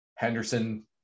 Henderson